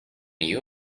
you